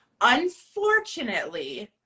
Unfortunately